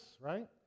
right